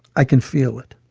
i can feel it.